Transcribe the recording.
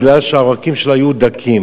בגלל שהעורקים שלו היו דקים.